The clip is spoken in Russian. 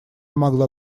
могла